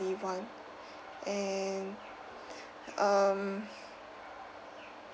~ly want and um